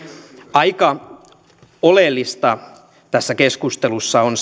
aika oleellista tässä keskustelussa on